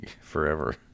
forever